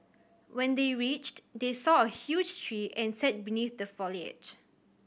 when they reached they saw a huge tree and sat beneath the foliage